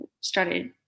started